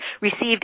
received